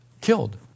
killed